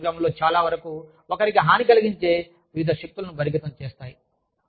ఈ ప్రోగ్రామ్లలో చాలావరకు ఒకరికి హాని కలిగించే వివిధ శక్తులను బహిర్గతం చేస్తాయి